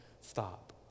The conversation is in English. stop